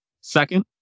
Second